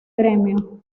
gremio